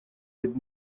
with